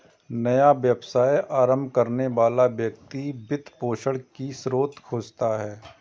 नया व्यवसाय आरंभ करने वाला व्यक्ति वित्त पोषण की स्रोत खोजता है